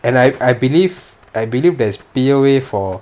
and I I believe I believe there's P_O_A for